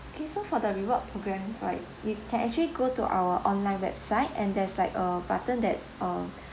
K so for the reward programme right you can actually go to our online website and there's like a button that uh